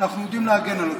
אנחנו יודעים להגן על עצמנו.